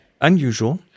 unusual